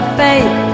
faith